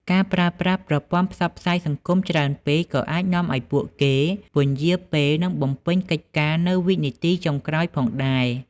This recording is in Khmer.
ការប្រើប្រាស់ប្រព័ន្ធផ្សព្វផ្សាយសង្គមច្រើនពេកក៏អាចនាំឱ្យពួកគេ ពន្យារពេល និងបំពេញកិច្ចការនៅវិនាទីចុងក្រោយផងដែរ។